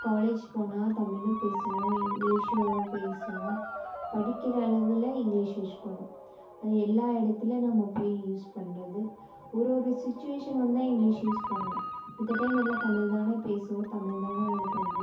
college போனால் தமிழும் பேசுவோம் இங்கிலீஷு பேசுவோம் படிக்கிறது அளவில் இங்கிலீஷ் வச்சுகணும் அது எல்லா இடத்துல நம்ம போய் யூஸ் பண்ணுறது ஒரு ஒரு சுச்வேஷன் வந்தால் இங்கிலீஷ் யூஸ் பண்ணணும் மத்த டைம் எல்லா தமிழ் தானே பேசவோம் தமிழ் தானே இது பண்ணுறோம்